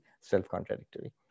self-contradictory